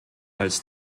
als